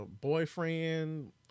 boyfriend